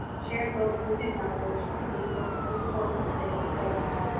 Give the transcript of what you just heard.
shared both food and knowledge and made both useful and sacred things.